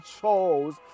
chose